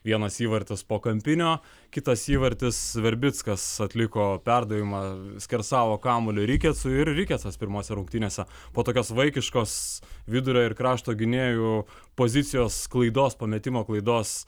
vienas įvartis po kampinio kitas įvartis verbickas atliko perdavimą skersavo kamuolį rikecui ir rikecas pirmose rungtynėse po tokios vaikiškos vidurio ir krašto gynėjų pozicijos klaidos po metimo klaidos